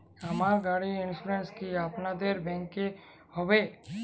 আমার গাড়ির ইন্সুরেন্স কি আপনাদের ব্যাংক এ হবে?